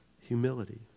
humility